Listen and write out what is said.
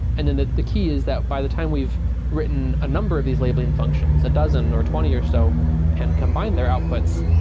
and then the the key is that by the time we've written a number of these labeling functions, a dozen or twenty or so and combine their outputs,